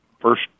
first